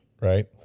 right